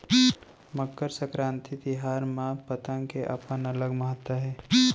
मकर संकरांति तिहार म पतंग के अपन अलगे महत्ता हे